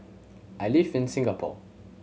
I live in Singapore